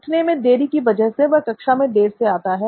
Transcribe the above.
उठने में देरी की वजह से वह कक्षा में देर से आता है